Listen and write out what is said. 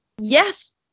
yes